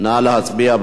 נא להצביע.